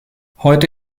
heute